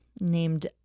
named